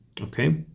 okay